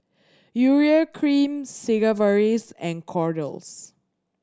Urea Cream Sigvaris and Kordel's